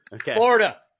Florida